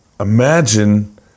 Imagine